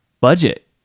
budget